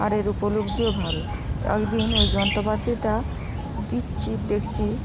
আর এর উপলব্ধিও ভালো একদিন ওই যন্ত্রপাতিটা দিচ্ছি দেখছি